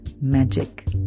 magic